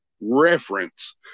reference